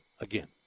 again